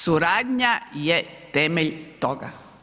Suradnja je temelj toga.